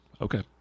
Okay